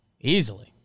Easily